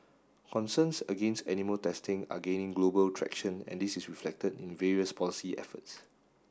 concerns against animal testing are gaining global traction and this is reflected in various policy efforts